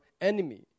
enemy